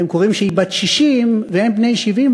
והם קוראים שהיא בת 60 והם בני 70,